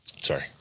sorry